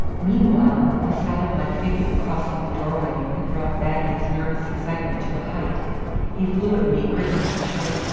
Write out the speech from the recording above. meanwhile, the sight of my figure crossing the door-way had brought bagley's nervous excitement to a height he flew at me, gripping my shoulder